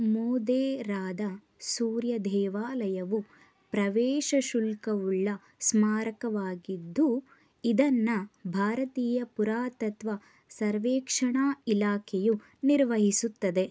ಮೊದೇರಾದ ಸೂರ್ಯ ದೇವಾಲಯವು ಪ್ರವೇಶ ಶುಲ್ಕವುಳ್ಳ ಸ್ಮಾರಕವಾಗಿದ್ದು ಇದನ್ನು ಭಾರತೀಯ ಪುರಾತತ್ತ್ವ ಸರ್ವೇಕ್ಷಣಾ ಇಲಾಕೆಯು ನಿರ್ವಹಿಸುತ್ತದೆ